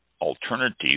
alternative